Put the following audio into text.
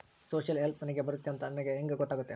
Social help ನನಗೆ ಬರುತ್ತೆ ಅಂತ ನನಗೆ ಹೆಂಗ ಗೊತ್ತಾಗುತ್ತೆ?